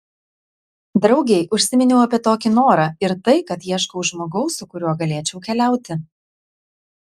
draugei užsiminiau apie tokį norą ir tai kad ieškau žmogaus su kuriuo galėčiau keliauti